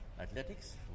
athletics